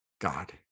God